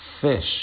Fish